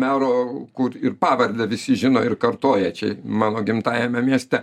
mero kur ir pavardę visi žino ir kartoja čia mano gimtajame mieste